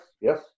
yes